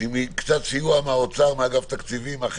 שעם קצת סיוע מאגף התקציבים במשרד האוצר,